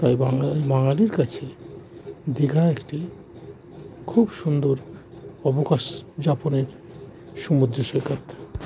তাই বাঙালির কাছে দীঘা একটি খুব সুন্দর অবকাশ যাপনের সমুদ্র সৈকত